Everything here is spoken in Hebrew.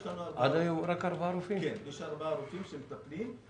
יש ארבעה רופאים שמטפלים,